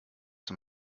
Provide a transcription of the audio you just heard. dem